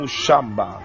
shamba